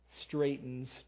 straightens